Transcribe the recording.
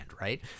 right